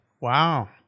Wow